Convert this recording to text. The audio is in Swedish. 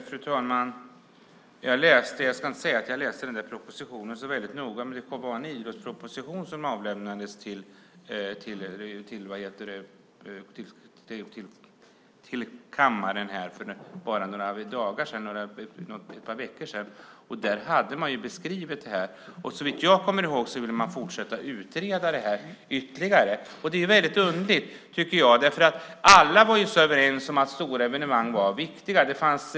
Fru talman! Jag ska inte säga att jag läst er proposition så väldigt noga. En idrottsproposition avlämnades ju till kammaren för bara några dagar eller kanske ett par veckor sedan. Där finns det här beskrivet. Såvitt jag kommer ihåg vill man där utreda detta ytterligare. Det tycker jag är väldigt underligt. Alla har ju varit överens om att stora evenemang är viktiga.